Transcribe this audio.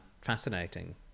fascinating